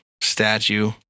statue